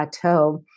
plateau